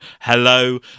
Hello